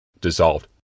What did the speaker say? dissolved